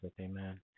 Amen